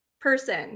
person